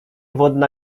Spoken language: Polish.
wodna